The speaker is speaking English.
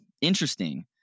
interesting